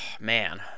man